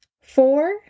Four